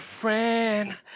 friend